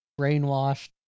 Brainwashed